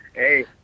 Hey